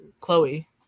Chloe